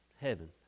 heaven